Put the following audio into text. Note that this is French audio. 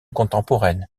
contemporaine